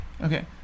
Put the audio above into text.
Okay